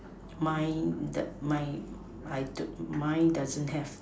mine the mine the mine doesn't have